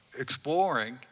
exploring